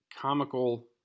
comical